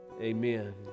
Amen